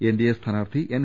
NDA സ്ഥാനാർത്ഥി N